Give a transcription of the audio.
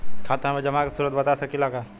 खाता में जमा के स्रोत बता सकी ला का?